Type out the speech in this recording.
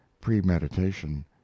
premeditation